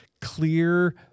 clear